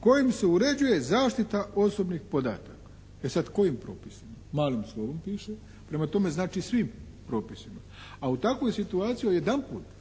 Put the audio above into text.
kojim se uređuje zaštita osobnih podataka. E sad kojim propisima? Malim slovom piše. Prema tome znači svim propisima. A u takvoj situaciji odjedanput